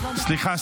סליחה,